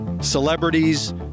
Celebrities